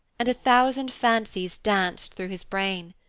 and a thousand fancies danced through his brain.